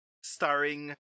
starring